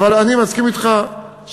אבל אני מסכים אתך שכדאי,